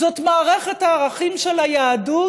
זאת מערכת הערכים של היהדות